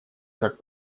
как